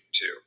two